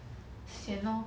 sian lor